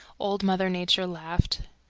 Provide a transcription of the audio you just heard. old mother nature laughed.